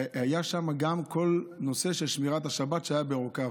והיה שם גם כל נושא שמירת השבת, שהיה בעורקיו.